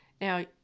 now